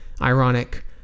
ironic